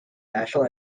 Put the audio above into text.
national